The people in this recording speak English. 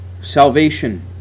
Salvation